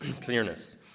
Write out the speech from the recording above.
clearness